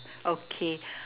okay